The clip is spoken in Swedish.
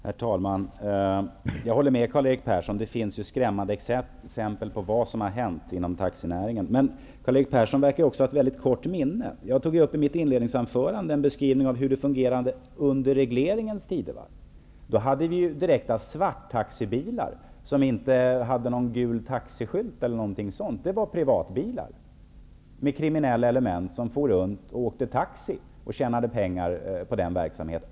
Herr talman! Jag håller med Karl-Erik Persson om att det finns skrämmande exempel på vad som har hänt inom taxinäringen. Men Karl-Erik Persson verkar också ha ett kort minne. Jag tog i mitt inledningsanförande upp en beskrivning av hur det fungerade under regleringens tidevarv. Då fanns det svarttaxibilar utan gula taxiskyltar eller sådant. Det var privatbilar med kriminella element som for runt och körde taxi och tjänade pengar på verksamheten.